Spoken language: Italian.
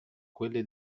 quelle